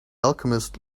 alchemist